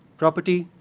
property,